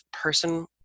person